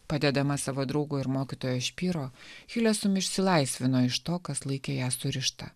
padedama savo draugo ir mokytojo špyro hilesum išsilaisvino iš to kas laikė ją surištą